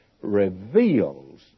reveals